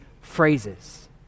phrases